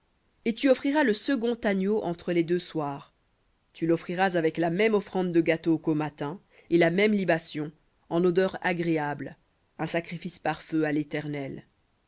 et tu offriras le second agneau entre les deux soirs tu l'offriras avec la même offrande de gâteau qu'au matin et la même libation en sacrifice par feu d'odeur agréable à l'éternel